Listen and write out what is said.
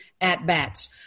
at-bats